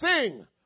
sing